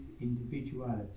individuality